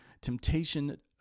temptation